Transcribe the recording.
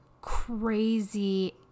crazy